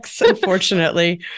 unfortunately